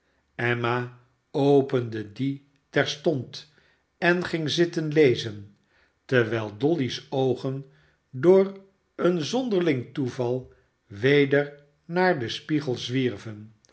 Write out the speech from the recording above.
emma opende dien terstond en ging zitten lezen terwijl dolly's oogen door een zonderling toeval weder naar den spiegel zwierven